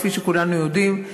כפי שכולנו יודעים,